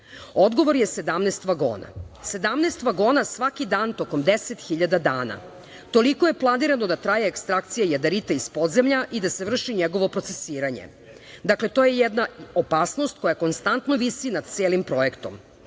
Odgovor je 17 vagona. Dakle, 17 vagona svaki dan tokom deset hiljada dana. Toliko je planirano da traje ekstrakcija jadarita iz podzemlja i da se vrši njegovo procesiranje. Dakle, to je jedna opasnost koja konstantno visi nad celim projektom. Imamo